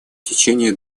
течение